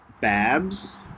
Babs